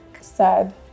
Sad